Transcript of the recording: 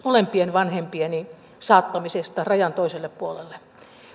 molempien vanhempieni saattamisesta rajan toiselle puolelle